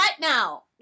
now